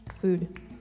Food